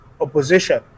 opposition